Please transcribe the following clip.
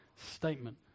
statement